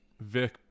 Vic